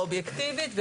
האובייקטיבית,